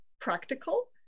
practical